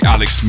Alex